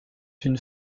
une